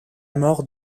mort